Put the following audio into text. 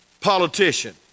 Politician